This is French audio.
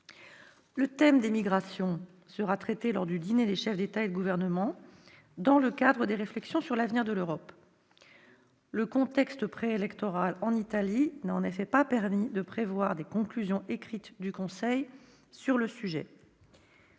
Le thème des migrations sera traité lors du dîner des chefs d'État ou de gouvernement, dans le cadre des réflexions sur l'avenir de l'Europe. Le contexte préélectoral en Italie n'a en effet pas permis de prévoir des conclusions écrites du Conseil sur le sujet,